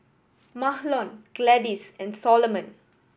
Mahlon Gladys and Solomon